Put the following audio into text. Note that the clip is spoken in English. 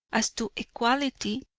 as to equality,